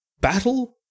battle